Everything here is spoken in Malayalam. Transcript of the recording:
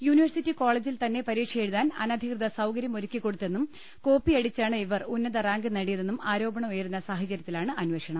യൂണിവേഴ്സിറ്റി കോളേജിൽ തന്നെ പരീക്ഷയെഴുതാൻ അനധികൃത സൌകരൃം ഒരുക്കികൊടുത്തെന്നും കോപ്പിയടിച്ചാണ് ഇവർ ഉന്നത റാങ്ക് നേടിയതെന്നും ആരോപണം ഉയരുന്ന സാഹചര്യത്തി ലാണ്അന്വേഷണം